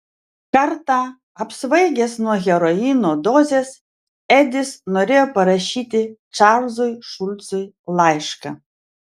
kartą apsvaigęs nuo heroino dozės edis norėjo parašyti čarlzui šulcui laišką